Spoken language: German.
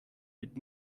mit